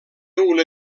una